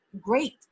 great